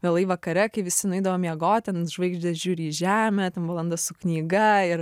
vėlai vakare kai visi nueidavo miegot ten žvaigždės žiūri į žemę valanda su knyga ir